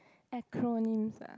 acronyms ah